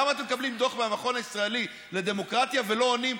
למה אתם מקבלים דוח מהמכון הישראלי לדמוקרטיה ולא עונים,